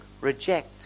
reject